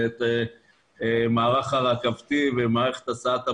את המערך הרכבתי ואת מערכת הסעת המונים.